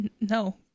No